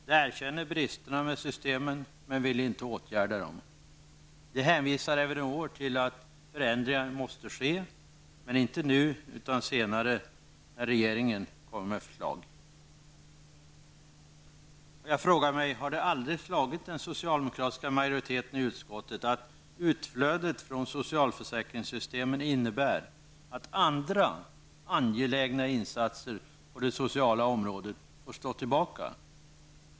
De erkänner bristerna med systemet men vill inte åtgärda dem. De hänvisar även i år till att förändringar måste ske, men inte nu utan senare när regeringen kommer med förslag. Jag frågar mig om det aldrig har slagit den socialdemokratiska majoriteten i utskottet att utflödet från socialförsäkringssystemen innebär att andra angelägna insatser på det sociala området får stå tillbaka.